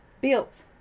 built